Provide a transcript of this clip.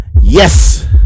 yes